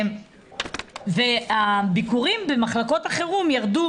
ב-64% והביקורים במחלקות החירום ירדו